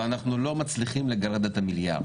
ואנחנו לא מצליחים לגרד את המיליארד.